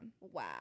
Wow